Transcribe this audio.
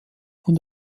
und